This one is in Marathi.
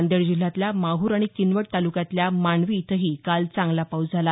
नांदेड जिल्ह्यातल्या माहूर आणि किनवट तालुक्यातल्या मांडवी इथंही काल चांगला पाऊस झाला